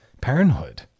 parenthood